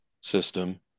system